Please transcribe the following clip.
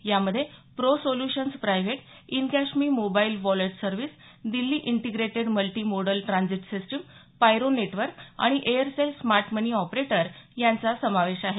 यामध्ये pro solutions private इनकॅशमी mobile wallet service Delhi integrated multi modal transit system Pyro network आणि Aircel smart money operator यांचा समावेश आहे